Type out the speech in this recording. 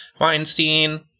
Weinstein